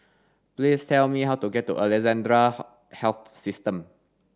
please tell me how to get to Alexandra Health System